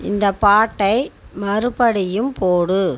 இந்தப் பாட்டை மறுபடியும் போடு